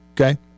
Okay